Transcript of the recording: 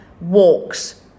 walks